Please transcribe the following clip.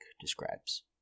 describes